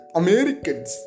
americans